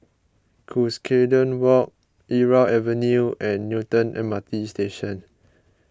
Cuscaden Walk Irau Avenue and Newton M R T Station